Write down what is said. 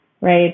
right